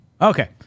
Okay